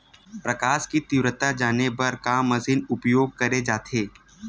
प्रकाश कि तीव्रता जाने बर का मशीन उपयोग करे जाथे?